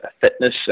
fitness